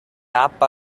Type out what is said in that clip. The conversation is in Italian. app